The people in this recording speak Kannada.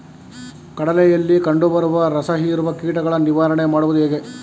ಕಡಲೆಯಲ್ಲಿ ಕಂಡುಬರುವ ರಸಹೀರುವ ಕೀಟಗಳ ನಿವಾರಣೆ ಮಾಡುವುದು ಹೇಗೆ?